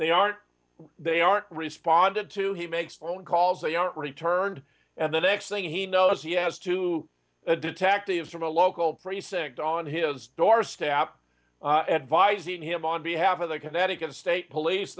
they aren't they aren't responded to he makes phone calls they aren't returned and the next thing he knows he has to the detectives from a local precinct on his doorstep advising him on behalf of the connecticut state police